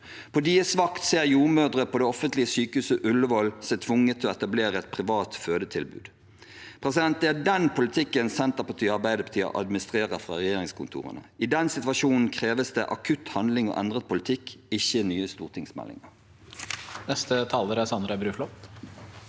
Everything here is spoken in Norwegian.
På deres vakt ser jordmødre på det offentlige sykehuset Ullevål seg tvunget til å etablere et privat fødetilbud. Det er denne politikken Senterpartiet og Arbeiderpartiet administrerer fra regjeringskontorene. I denne situasjonen kreves det akutt handling og endret politikk, ikke nye stortingsmeldinger. Sandra Bruflot